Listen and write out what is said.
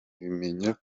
mbimenya